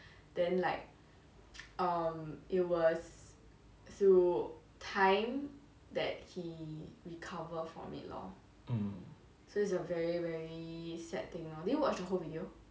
mm